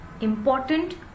important